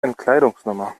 entkleidungsnummer